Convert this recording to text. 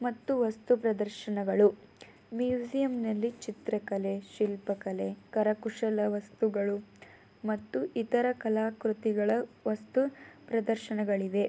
ಮತ್ತು ವಸ್ತು ಪ್ರದರ್ಶನಗಳು ಮ್ಯೂಸಿಯಮ್ನಲ್ಲಿ ಚಿತ್ರಕಲೆ ಶಿಲ್ಪಕಲೆ ಕರಕುಶಲ ವಸ್ತುಗಳು ಮತ್ತು ಇತರ ಕಲಾಕೃತಿಗಳ ವಸ್ತು ಪ್ರದರ್ಶನಗಳಿವೆ